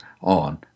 on